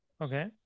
Okay